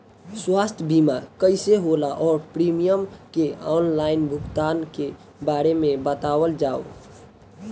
स्वास्थ्य बीमा कइसे होला और प्रीमियम के आनलाइन भुगतान के बारे में बतावल जाव?